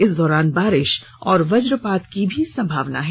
इस दौरान बारिश और वज्रपात की भी संभावना है